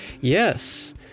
Yes